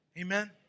Amen